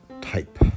type